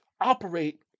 operate